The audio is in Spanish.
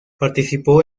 participó